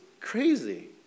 crazy